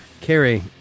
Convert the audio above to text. Carrie